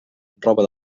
roba